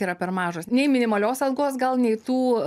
yra per mažas nei minimalios algos gal nei tų